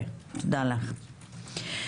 תודה לך.